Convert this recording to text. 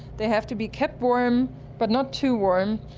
they have to be kept warm but not too warm,